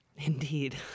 Indeed